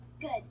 Good